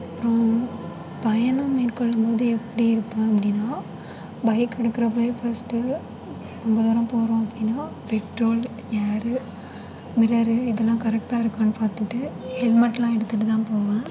அப்றம் பயணம் மேற்கொள்ளும்போது எப்படி இருப்பேன் அப்படின்னா பைக் எடுக்கறப்பவே ஃபஸ்ட்டு ரொம்ப தூரம் போகிறோம் அப்படின்னா பெட்ரோல் ஏரு மிரரு இதெல்லாம் கரெக்டாக இருக்கான்னு பார்த்துட்டு ஹெல்மெட்லாம் எடுத்துட்டு தான் போவேன்